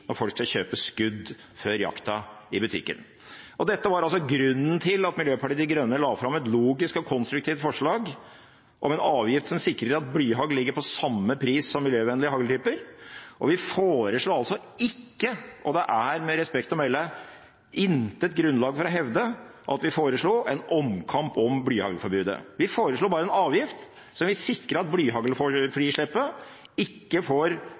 når folk skal kjøpe skudd før jakta i butikken. Dette var altså grunnen til at Miljøpartiet De Grønne la fram et logisk og konstruktivt forslag om en avgift som sikrer at blyhagl ligger på samme pris som miljøvennlige hagltyper. Vi foreslår altså ikke – og det er med respekt å melde intet grunnlag for å hevde det – en omkamp om blyhaglforbudet. Vi foreslår bare en avgift, som vil sikre at blyhaglfrislippet ikke får